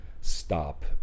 stop